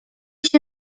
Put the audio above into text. się